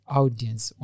audience